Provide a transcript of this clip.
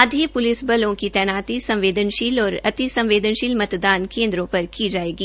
आधे पुलिसबल की तैनाती संवेदनशील और अतिसंवेदनशील मतदान केंद्रों पर की जाएगी